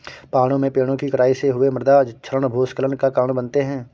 पहाड़ों में पेड़ों कि कटाई से हुए मृदा क्षरण भूस्खलन का कारण बनते हैं